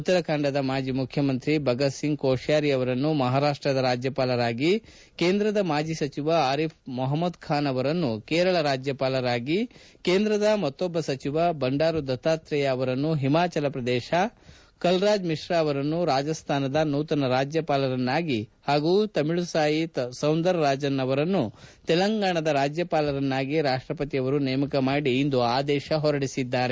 ಉತ್ತರಾಖಂಡದ ಮಾಜಿ ಮುಖ್ಯಮಂತ್ರಿ ಭಗತ್ಸಿಂಗ್ ಕೊಪ್ಕಾರಿ ಅವರನ್ನು ಮಹಾರಾಷ್ಟದ ರಾಜ್ಯಪಾಲರಾಗಿ ಕೇಂದ್ರದ ಮಾಜಿ ಸಚಿವ ಆರಿಫ್ ಮೊಹ್ಮಮದ್ ಖಾನ್ ಅವರನ್ನು ಕೇರಳ ರಾಜ್ಯಪಾಲರನ್ನಾಗಿ ಕೇಂದ್ರದ ಇನ್ನೋರ್ವ ಮಾಜಿ ಸಚಿವ ಬಂಡಾರು ದತ್ತಾತ್ರೇಯ ಅವರನ್ನು ಹಿಮಾಚಲ ಪ್ರದೇಶದ ಕಲ್ರಾಜ್ ಮಿಶ್ರಾ ಅವರನ್ನು ರಾಜಸ್ತಾನದ ನೂತನ ರಾಜ್ಙಪಾಲರನ್ನಾಗಿ ಹಾಗೂ ತಮಿಳ್ಸಾಯಿ ಸೌಂದರರಾಜನ್ ಅವರನ್ನು ತೆಲಂಗಾಣದ ರಾಜ್ಙಪಾಲರನ್ನಾಗಿ ರಾಷ್ಟಪತಿ ಅವರು ನೇಮಕ ಮಾಡಿ ಇಂದು ಆದೇಶ ಹೊರಡಿಸಿದ್ದಾರೆ